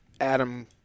Adam